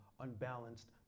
unbalanced